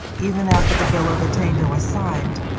even after the bill of attainder was signed.